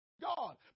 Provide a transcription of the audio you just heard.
God